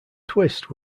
twist